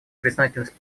признательность